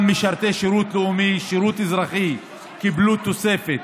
גם משרתי שירות לאומי, שירותי אזרחי, קיבלו תוספת